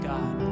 God